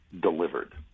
delivered